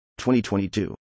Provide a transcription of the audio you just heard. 2022